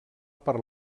per